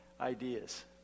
ideas